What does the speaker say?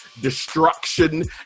destruction